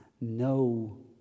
no